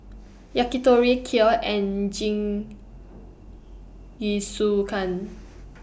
Yakitori Kheer and Jingisukan